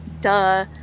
duh